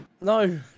No